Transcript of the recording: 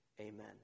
amen